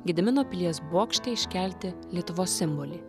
gedimino pilies bokšte iškelti lietuvos simbolį